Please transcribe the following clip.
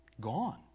gone